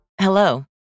Hello